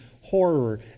horror